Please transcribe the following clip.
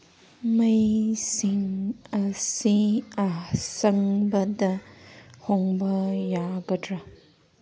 ꯃꯩꯁꯤꯡ ꯑꯁꯤ ꯑꯁꯪꯕꯗ ꯍꯣꯡꯕ ꯌꯥꯒꯗ꯭ꯔꯥ